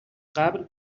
قبل